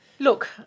Look